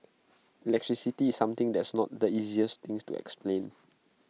electricity something that's not the easiest thing to explain